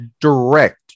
direct